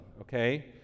okay